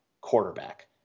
quarterback